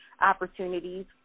opportunities